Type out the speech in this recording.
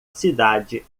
cidade